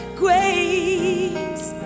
grace